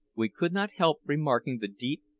we could not help remarking the deep,